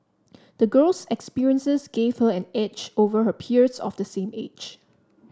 the girl's experiences gave her an edge over her peers of the same age